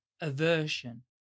Aversion